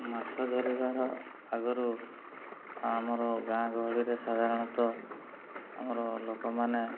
ମାଛ ଧରିବାର ଆଗରୁ ଆମର ଗାଁ ଗହଳିରେ ସାଧାରଣତଃ ଆମର ଲୋକମାନେ